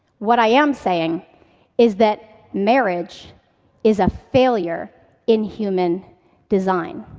what i am saying is that marriage is a failure in human design.